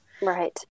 Right